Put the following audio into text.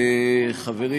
חברי,